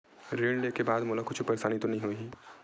ऋण लेके बाद मोला कुछु परेशानी तो नहीं होही?